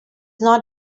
not